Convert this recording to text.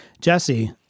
Jesse